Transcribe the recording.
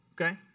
okay